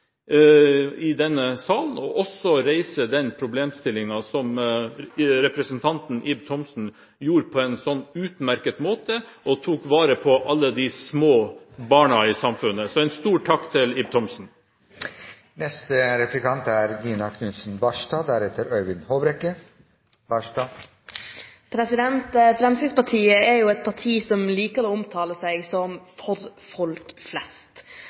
i denne sal, å reise den problemstillingen som representanten Ib Thomsen gjorde på en så utmerket måte – og tok vare på alle de små barna i samfunnet. Så en stor takk til Ib Thomsen! Fremskrittspartiet er et parti som liker å omtale seg som et parti for folk flest. Men her står jeg med Fremskrittspartiets kutt på kulturbudsjettet i hånden, og det som